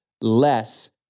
less